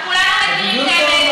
אנחנו כולנו מכירים את האמת.